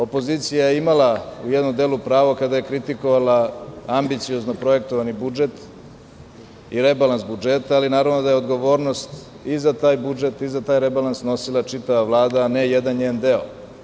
Opozicija je imala u jednom delu pravo kada je kritikovala ambiciozno projektovani budžet i rebalans budžeta, ali naravno da je odgovornost i za ta j budžet i za taj rebalans snosila čitava Vlada, a ne jedan njen deo.